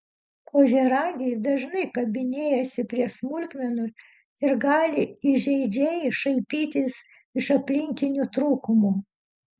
ožiaragiai dažnai kabinėjasi prie smulkmenų ir gali įžeidžiai šaipytis iš aplinkinių trūkumų